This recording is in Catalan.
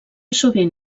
sovint